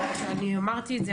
אני אמרתי את זה,